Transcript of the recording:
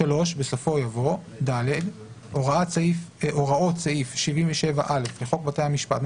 (3)בסופו יבוא: (ד)הוראות סעיף 77א לחוק בתי המשפט ,